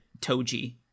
Toji